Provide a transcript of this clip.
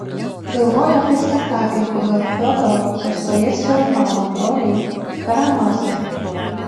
galvoju apie spektaklį pagal fiodoro dostojevskio romaną broliai karamazovai